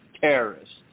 terrorists